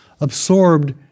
absorbed